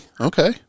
Okay